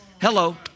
Hello